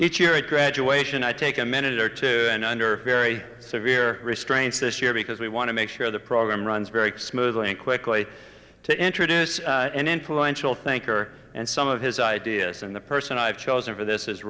each year at graduation i take a minute or two under very severe restraints this year because we want to make sure the program runs very smoothly and quickly to introduce an influential thinker and some of his ideas and the person i've chosen for this is